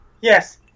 Yes